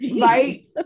Right